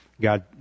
God